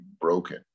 broken